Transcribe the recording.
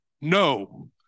No